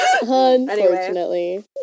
Unfortunately